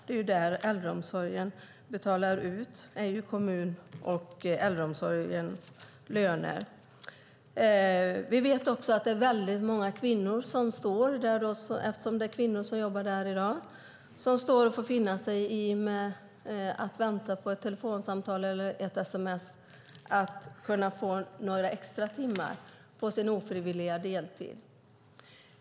Det är ju kommuner och landsting som betalar ut äldreomsorgens löner. Vi vet också att det är väldigt många kvinnor, eftersom det är kvinnor som jobbar där i dag, som får finna sig i att vänta på ett telefonsamtal eller ett sms för att kunna få några extra timmar på sin ofrivilliga deltid.